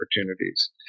opportunities